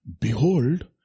Behold